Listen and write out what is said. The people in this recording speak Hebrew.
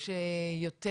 שוב אני אומר,